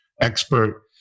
expert